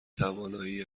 توانایی